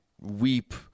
weep